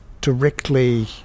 directly